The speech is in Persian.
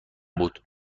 بود